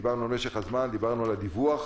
דיברנו על משך הזמן; דיברנו על הדיווח